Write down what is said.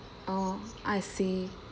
oh I see